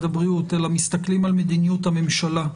הבריאות אלא מסתכלים על מדיניות הממשלה,